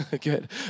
Good